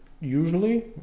usually